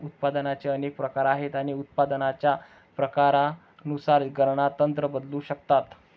उत्पादनाचे अनेक प्रकार आहेत आणि उत्पादनाच्या प्रकारानुसार गणना तंत्र बदलू शकतात